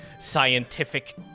scientific